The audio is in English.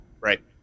Right